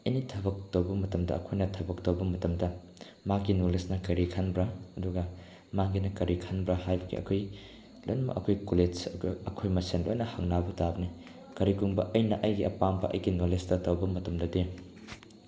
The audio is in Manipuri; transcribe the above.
ꯑꯦꯅꯤ ꯊꯕꯛ ꯇꯧꯕ ꯃꯇꯝꯗ ꯑꯩꯈꯣꯏꯅ ꯊꯕꯛ ꯇꯧꯕ ꯃꯇꯝꯗ ꯃꯥꯒꯤ ꯅꯣꯂꯦꯖꯅ ꯀꯔꯤ ꯈꯟꯕ꯭ꯔꯥ ꯑꯗꯨꯒ ꯃꯥꯒꯤꯅ ꯀꯔꯤ ꯈꯟꯕ꯭ꯔꯥ ꯍꯥꯏꯕꯒꯤ ꯂꯣꯏꯅꯃꯛ ꯑꯩꯈꯣꯏ ꯀꯣꯂꯦꯖ ꯑꯩꯈꯣꯏ ꯃꯁꯦꯜ ꯂꯣꯏꯅ ꯍꯪꯅꯕ ꯇꯥꯕꯅꯤ ꯀꯔꯤꯒꯨꯝꯕ ꯑꯩꯅ ꯑꯩꯒꯤ ꯑꯄꯥꯝꯕ ꯑꯩꯒꯤ ꯅꯣꯂꯦꯖꯇ ꯇꯧꯕ ꯃꯇꯝꯗꯗꯤ